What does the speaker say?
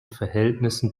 verhältnissen